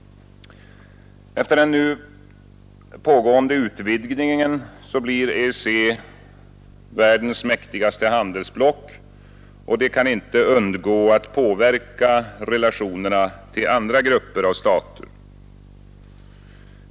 Efter den nu pågående utvidgningen blir EEC världens mäktigaste handelsblock, vilket inte kan undgå att påverka relationerna till andra grupper av stater.